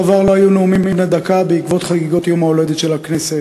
בשבוע שעבר לא היו נאומים בני דקה בגלל חגיגות יום ההולדת של הכנסת,